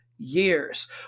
Years